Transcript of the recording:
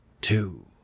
two